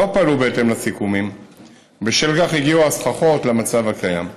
לא פעלו בהתאם לסיכומים ובשל כך הגיעו הסככות למצב הקיים.